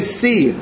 see